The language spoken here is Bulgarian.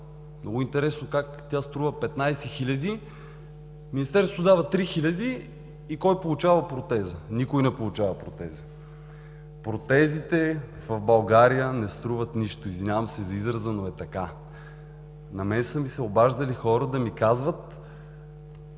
Много интересно как тя струва 15 хил. лв., Министерството дава 3 хил. лв. и кой получава протезата? Никой не получава протеза. Протезите в България не струват нищо. Извинявам се за израза, но е така. На мен са ми се обаждали да ми казват: